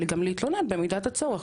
וגם להתלונן במידת הצורך,